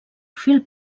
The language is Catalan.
fil